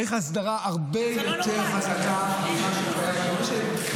בוא תראה מה קורה בתל אביב, זה לא נורמלי.